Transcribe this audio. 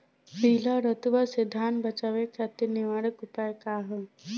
पीला रतुआ से धान बचावे खातिर निवारक उपाय का ह?